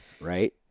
Right